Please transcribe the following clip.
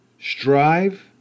strive